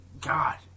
god